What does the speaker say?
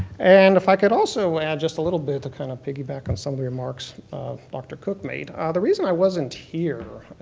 and if i could also add just a little bit to kind of piggyback on some of the remarks dr. cook made. ah the reason i wasn't here,